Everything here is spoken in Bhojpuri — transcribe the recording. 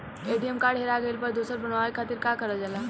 ए.टी.एम कार्ड हेरा गइल पर दोसर बनवावे खातिर का करल जाला?